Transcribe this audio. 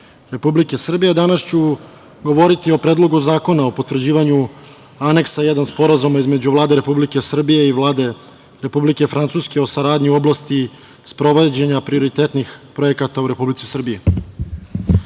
Republike Srbije, danas ću govoriti o Predlogu zakona o potvrđivanju Aneksa 1 Sporazuma između Vlade Republike Srbije i Vlade Republike Francuske o saradnji u oblasti sprovođenja prioritetnih projekata u Republici